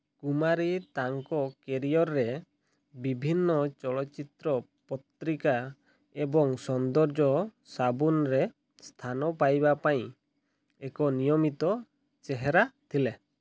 କୁମାରୀ ତାଙ୍କ କ୍ୟାରିଅର୍ରେ ବିଭିନ୍ନ ଚଳଚ୍ଚିତ୍ର ପତ୍ରିକା ଏବଂ ସୌନ୍ଦର୍ଯ୍ୟ ସାବୁନରେ ସ୍ଥାନ ପାଇବା ପାଇଁ ଏକ ନିୟମିତ ଚେହେରା ଥିଲେ